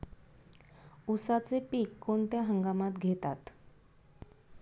उसाचे पीक कोणत्या हंगामात घेतात?